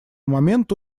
момента